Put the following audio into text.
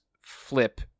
flip